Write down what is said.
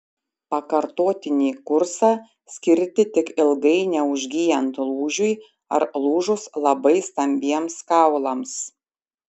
pakartotinį kursą skirti tik ilgai neužgyjant lūžiui ar lūžus labai stambiems kaulams